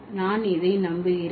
நான் இதை நம்புகிறேன்